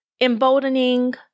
emboldening